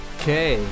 Okay